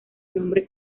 nombre